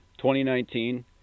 2019